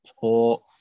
four